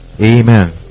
amen